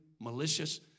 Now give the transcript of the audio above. malicious